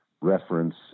reference